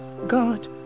God